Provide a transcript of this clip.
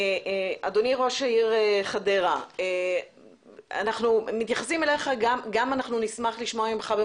אדוני ראש העיר חדרה, נשמח לשמוע ממך.